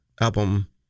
album